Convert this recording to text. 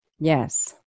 Yes